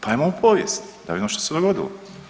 Pa ajmo u povijest, da vidimo što se dogodilo.